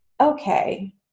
Okay